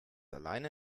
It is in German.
alleine